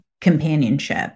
companionship